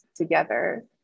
Together